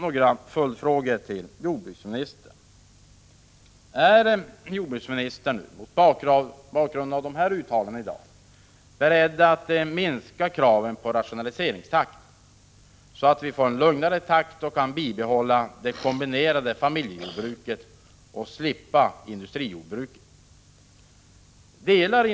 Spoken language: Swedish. Är jordbruksministern mot bakgrund av uttalandena i dag beredd att minska kraven på rationaliseringstakt, så att vi får en lugnare takt och kan behålla det kombinerade familjejordbruket och slippa industrijordbruket? 2.